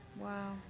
Wow